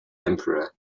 emperor